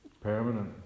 permanent